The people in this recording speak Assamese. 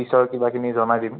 পিছৰ কিবাখিনি জনাই দিম